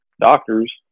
doctors